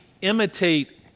imitate